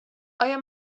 آیا